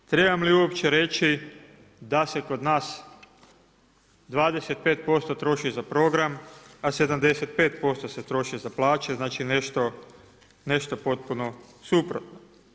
Trebam li uopće reći da se kod nas 25% troši za program, a 75% se troši za plaće, nešto potpuno suprotno.